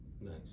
nice